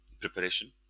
preparation